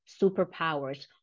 superpowers